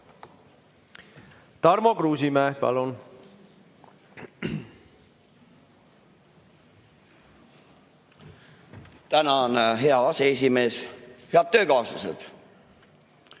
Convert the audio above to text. Tarmo Kruusimäe, palun! Tänan, hea aseesimees! Head töökaaslased!